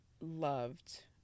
loved